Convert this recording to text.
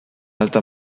alta